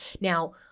Now